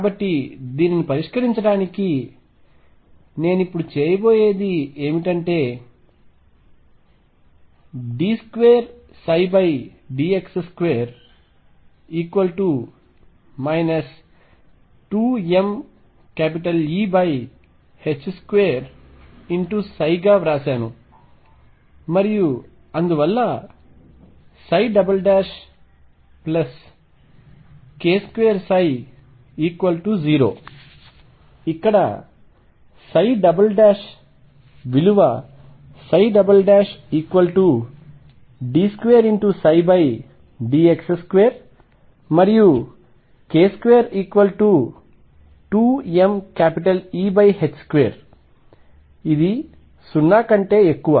కాబట్టి దీనిని పరిష్కరించడానికి నేను ఇప్పుడు చేయబోయేది ఏమిటంటే d2dx2 2mE2గా వ్రాసాను మరియు అందువల్ల k2ψ0ఇక్కడ d2dx2 మరియు k22mE2 ఇది 0 కంటే ఎక్కువ